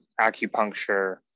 acupuncture